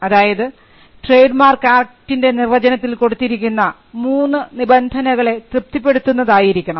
അതായത് trade mark ആക്ടിൻറെ നിർവചനത്തിൽ കൊടുത്തിരിക്കുന്ന 3 നിബന്ധനകളെ തൃപ്തിപ്പെടുത്തുന്നതായിരിക്കണം